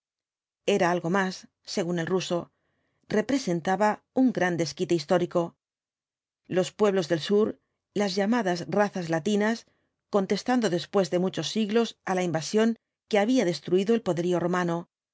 era algo más según el ruso representaba un gran desquite histórico los pueblos del sur las llamadas razas latinas contestando después de muchos siglos á la invasión que había destruido el poderío romano